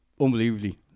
unbelievably